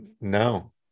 no